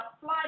fly